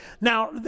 Now